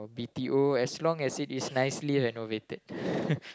b_t_o as long as it is nicely renovated